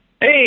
Hey